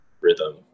rhythm